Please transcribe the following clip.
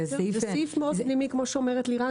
זה סעיף מאוד פנימי כמו שאומרת לירן